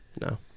No